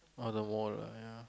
all the more lah ya